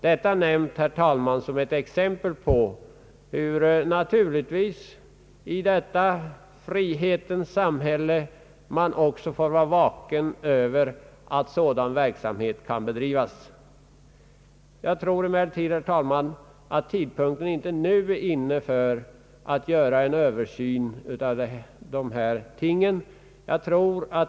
Detta nämnt, herr talman, som ett exempel på att man i detta frihetens samhälle får vara medveten om att sådan verksamhet kan bedrivas. Enligt mitt förmenande är, herr talman, tidpunkten ännu inte inne att göra en Översyn av dessa frågor.